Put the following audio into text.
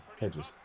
hedges